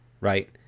Right